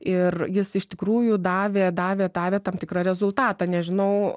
ir jis iš tikrųjų davė davė davė tam tikrą rezultatą nežinau